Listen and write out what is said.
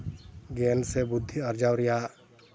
ᱜᱮᱭᱟᱱ ᱥᱮ ᱵᱩᱫᱽᱫᱷᱤ ᱟᱨᱡᱟᱣ ᱨᱮᱭᱟᱜ